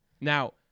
Now